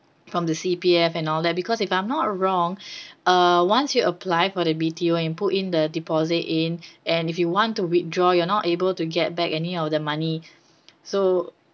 from the C_P_F and all that because if I'm not wrong uh once you apply for the B_T_O and put in the deposit in and if you want to withdraw you're not able to get back any of the money so